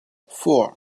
four